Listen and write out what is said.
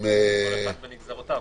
כל אחד בנגזרותיו.